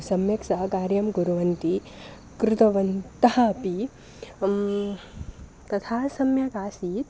सम्यक् सहकार्यं कुर्वन्ति कृतवन्तः अपि तथा सम्यक् आसीत्